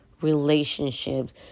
relationships